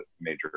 major